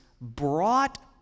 brought